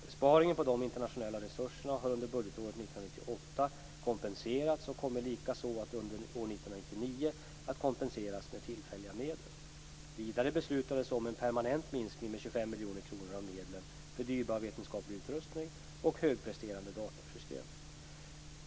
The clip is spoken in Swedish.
Besparingen på de internationella resurserna har under budgetåret 1998 kompenserats och kommer likaså under år 1999 att kompenseras med tillfälliga medel. Vidare beslutades om en permanent minskning med 25 miljoner kronor av medlen för dyrbar vetenskaplig utrustning och högpresterande datorsystem.